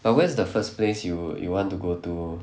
but where's the first place you you want to go to